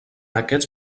aquests